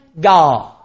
God